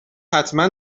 حتما